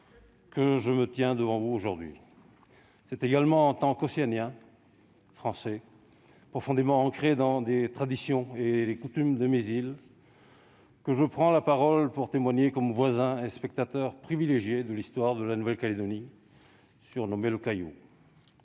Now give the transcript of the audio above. que je me tiens devant vous aujourd'hui. C'est également en tant qu'Océanien français, profondément ancré dans les traditions et les coutumes de mes îles, que je prends la parole pour témoigner comme voisin et spectateur privilégié de l'histoire de la Nouvelle-Calédonie, surnommée « le Caillou ».